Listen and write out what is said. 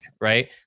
right